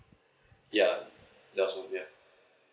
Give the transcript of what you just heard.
ya that also ya